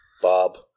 bob